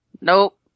Nope